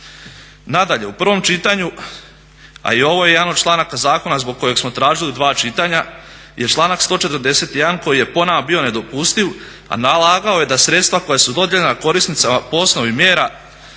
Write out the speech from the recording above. Nadalje, u prvom čitanju a i ovo je jedan od članaka zakona zbog kojeg smo tražili dva čitanja, je članak 141. koji je po nama bio nedopustiv, a nalagao je da sredstva koja su dodijeljena korisnicima po osnovi mjera